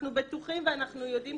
אנחנו בטוחים ואנחנו יודעים,